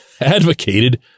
advocated